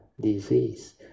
disease